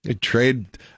trade